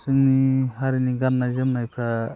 जोंनि हारिनि गाननाय जोमनायफ्रा